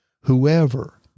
Whoever